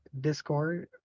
Discord